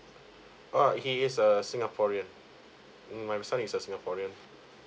uh he is a singaporean my son is a singaporean